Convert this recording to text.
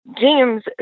James